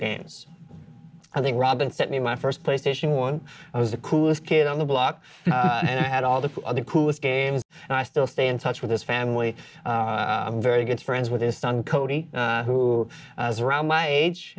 games i think robin sent me my first playstation one i was the coolest kid on the block and i had all the other coolest games and i still stay in touch with his family very good friends with his son cody who is round my age